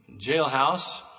jailhouse